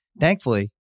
Thankfully